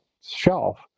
shelf